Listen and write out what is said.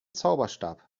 zauberstab